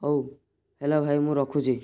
ହଉ ହେଲା ଭାଇ ମୁଁ ରଖୁଛି